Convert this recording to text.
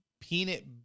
peanut